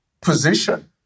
position